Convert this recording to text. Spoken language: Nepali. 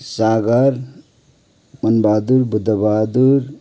सागर मनबहादुर बुद्धबहादुर